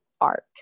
Arc